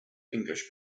english